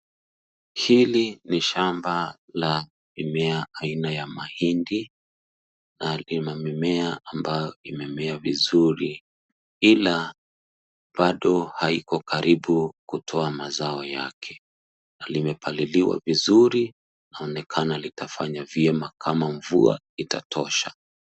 Hili ni shamba la mimea aina ya mahindi na lina mimea ambayo imemea vizuri, ila bado haiko karibu kutoa mazao yake na limepaliliwa vizuri. Inaonekana litafanya vyema kama mvua itatosha.